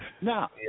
Now